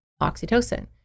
Oxytocin